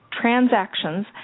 transactions